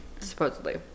supposedly